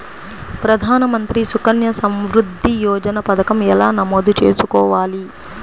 ప్రధాన మంత్రి సుకన్య సంవృద్ధి యోజన పథకం ఎలా నమోదు చేసుకోవాలీ?